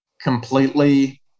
completely